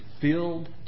filled